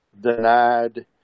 denied